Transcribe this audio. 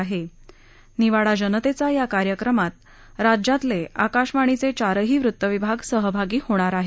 निवाडा जनतेचा या कार्यक्रमात राज्यातले आकाशवाणीचे चारही वृत्तविभाग सहभागी होणार आहेत